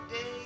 day